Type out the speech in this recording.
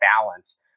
balance